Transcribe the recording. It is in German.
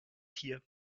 hier